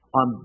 on